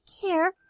care